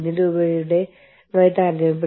വീണ്ടും വിദേശ ഉടമസ്ഥതയിലുള്ള സംരംഭങ്ങൾ